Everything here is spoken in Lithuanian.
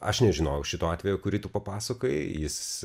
aš nežinojau šito atvejo kurį tu papasakojai jis